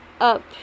up